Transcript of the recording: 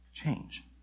change